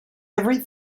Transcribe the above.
every